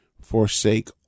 forsake